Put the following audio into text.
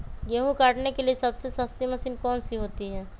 गेंहू काटने के लिए सबसे सस्ती मशीन कौन सी होती है?